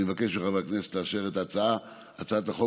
אני מבקש מחברי הכנסת לאשר את הצעת החוק